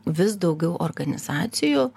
vis daugiau organizacijų